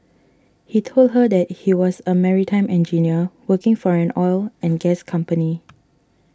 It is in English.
he told her that he was a maritime engineer working for an oil and gas company